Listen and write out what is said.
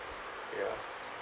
ya